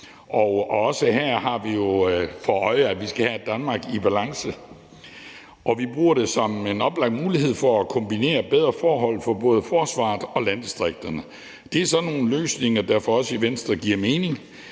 Også her har vi jo for øje, at vi skal have et Danmark i balance, og vi bruger det som en oplagt mulighed for at kombinere bedre forhold for både forsvaret og landdistrikterne. Det er sådan nogle løsninger, der for os i Venstre giver mening,